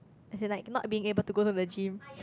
as in like not being able to go the gym